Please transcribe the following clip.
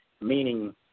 Meaning